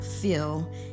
feel